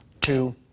Two